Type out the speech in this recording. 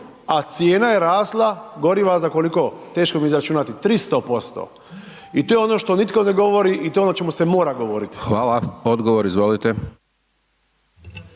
a cijena je rasla goriva, za koliko, teško mi je izračunati, 300%, i to je ono što nitko ne govori i to je ono o čemu se mora govoriti. **Hajdaš Dončić,